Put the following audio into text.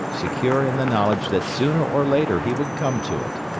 secure in the knowledge that sooner or later he would come to it.